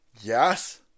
Yes